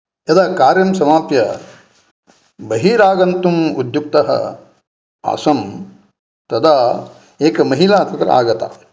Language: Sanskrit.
यदा कार्यं समाप्य बहिर् आगन्तुम् उद्युक्तः आसम् तदा एका महिला तत्र आगता